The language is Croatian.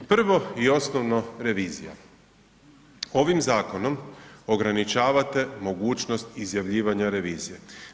Prvo i osnovno, revizija, ovim zakonom ograničavate mogućnost izjavljivanja revizije.